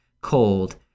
cold